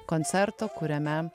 koncerto kuriame